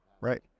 Right